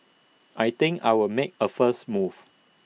I think I will make A first move